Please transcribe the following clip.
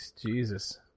Jesus